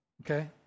Okay